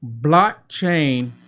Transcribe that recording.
blockchain